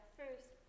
first